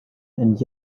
and